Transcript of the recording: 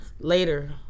later